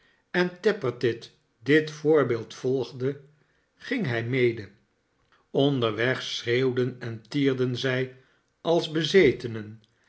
en tappertit dit voorbeeld volgde ging hij mede onderweg schreeuwden en tierden zij als bezetenen